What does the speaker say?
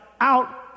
out